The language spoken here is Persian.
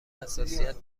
حساسیت